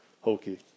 hokey